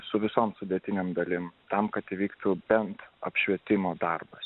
su visom sudėtinėm dalim tam kad įvyktų bent apšvietimo darbas